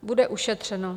Bude ušetřeno.